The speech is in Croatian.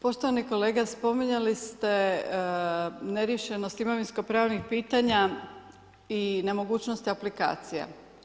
Poštovani kolega spominjali ste neriješenost imovinsko pravnih pitanja i nemogućnost aplikacija.